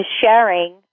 sharing